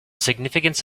significance